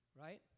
Right